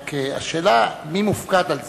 רק השאלה מי מופקד על זה.